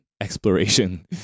exploration